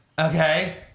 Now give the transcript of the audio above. okay